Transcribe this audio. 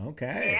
Okay